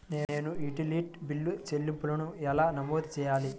నేను utility bill చెల్లింపులను ఎలా నమోదు చేయాలి?